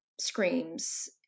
screams